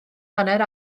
hanner